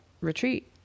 retreat